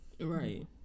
Right